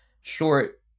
short